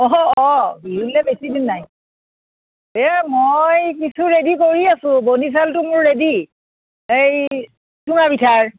অঁহ অঁ বিহুলে বেছি দিন নাই এই মই কিছু ৰেডি কৰি আছো বনি চাউলটো মোৰ ৰেডি এই চুঙাপিঠাৰ